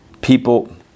people